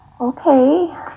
okay